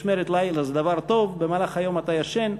משמרת לילה זה דבר טוב: במהלך היום אתה ישן,